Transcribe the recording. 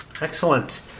Excellent